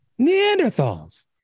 Neanderthals